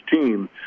team